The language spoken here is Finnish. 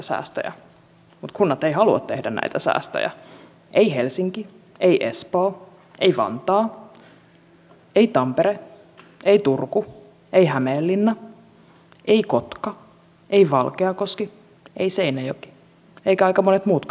mutta kunnat eivät halua tehdä näitä säästöjä ei helsinki ei espoo ei vantaa ei tampere ei turku ei hämeenlinna ei kotka ei valkeakoski ei seinäjoki eivätkä aika monet muutkaan kunnat